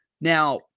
Now